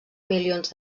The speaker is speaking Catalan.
milions